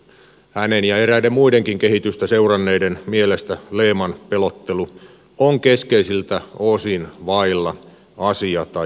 hänen ja eräiden muidenkin kehitystä seuranneiden mielestä lehman pelottelu on keskeisiltä osin vailla asia tai järkiperusteita